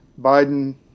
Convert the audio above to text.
Biden